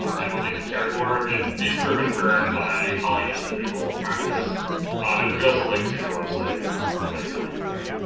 um and what they can care for, and these were confirmed by calling each individual practice um and we also link to their website on the hyperlink there.